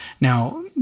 Now